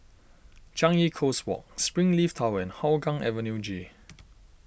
Changi Coast Walk Springleaf Tower and Hougang Avenue G